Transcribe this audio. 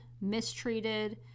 mistreated